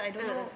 a'ah